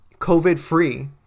COVID-free